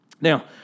Now